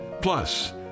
Plus